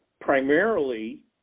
primarily